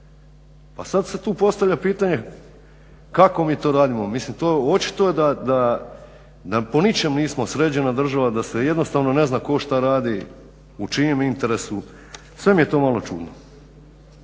A sad se tu postavlja pitanje kako mi tu radimo. Mislim to očito je da po ničem nismo sređena država, da se jednostavno ne zna tko šta radi, u čijem interesu. Sve mi je to malo čudno.